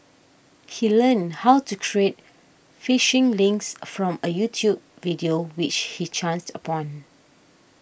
he learned how to create phishing links from a YouTube video which he chanced upon